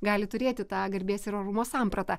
gali turėti tą garbės ir orumo sampratą